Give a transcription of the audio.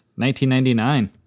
1999